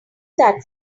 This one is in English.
that